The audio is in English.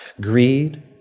greed